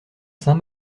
saint